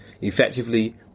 effectively